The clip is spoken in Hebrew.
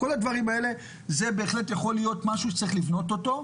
זה בהחלט יכול להיות משהו שצריך לבנות אותו.